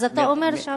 אז אתה אומר שהמשרד, ?